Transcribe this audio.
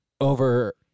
over